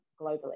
globally